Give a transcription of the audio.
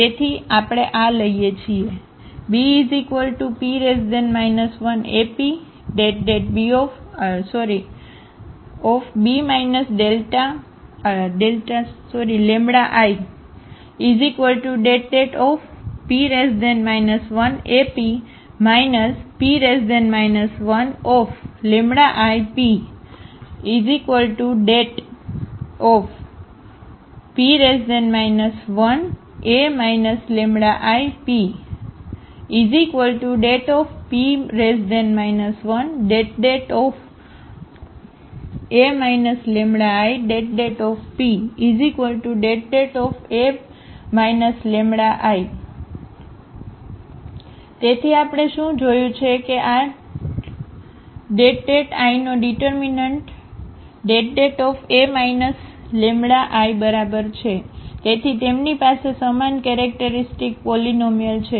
તેથી આપણે આ લઈએ છીએ BP 1AP det B λI det P 1AP P 1λIP det⁡P 1A λIP detP 1det A λI det P det A λI તેથી આપણે શું જોયું છે કે આdet B λI આઇનો ડીટરમીનન્ટdet A λIબરાબર છે તેથી તેમની પાસે સમાન કેરેક્ટરિસ્ટિક પોલીનોમિઅલ છે